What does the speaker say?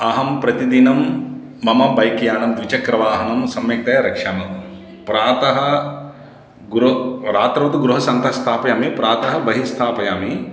अहं प्रतिदिनं मम बैक्यानं द्विचक्रवाहनम् सम्यक्तया रक्षामि प्रातः गृहात् रात्रौ तु गृहे सन्स्थापयामि प्रातः बहिः स्थापयामि